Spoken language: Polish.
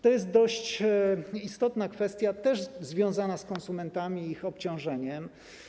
To jest dość istotna kwestia też związana z konsumentami i ich obciążeniem.